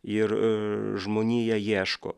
ir žmonija ieško